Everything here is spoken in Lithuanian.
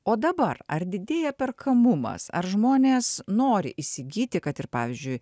o dabar ar didėja perkamumas ar žmonės nori įsigyti kad ir pavyzdžiui